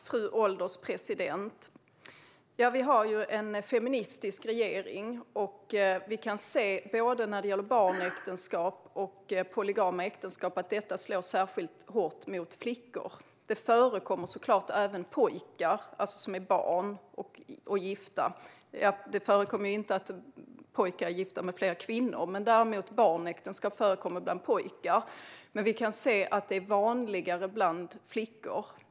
Fru ålderspresident! Vi har ju en feministisk regering, och vi kan se att både barnäktenskap och polygama äktenskap slår särskilt hårt mot flickor. Det förekommer såklart även pojkar, alltså barn, som är gifta. Det förekommer inte att pojkar är gifta med flera kvinnor, men barnäktenskap förekommer bland pojkar. Vi kan dock se att det är vanligare bland flickor.